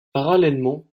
parallèlement